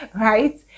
right